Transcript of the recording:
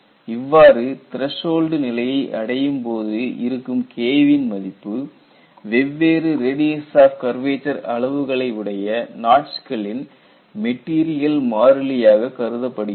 இவ்வாறு த்ரசோல்டு நிலையை அடையும்போது இருக்கும் K வின் மதிப்பு வெவ்வேறு ரேடியஸ் ஆப் கர்வேச்சர் அளவுகளை உடைய நாட்ச்களின் மெட்டீரியல் மாறிலியாக கருதப்படுகிறது